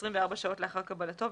מ-24 שעות לאחר קבלתו,